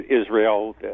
Israel